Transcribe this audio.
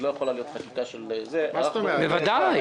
בוודאי.